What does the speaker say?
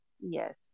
yes